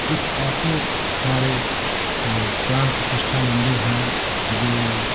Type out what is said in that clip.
कुछ ऐसे हमारे प्राण प्रतिष्ठा मन्दिर हैं जो